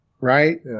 right